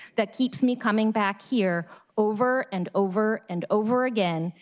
that keeps me coming back here over and over and over again,